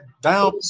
down